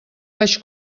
vaig